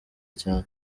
cyane